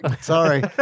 Sorry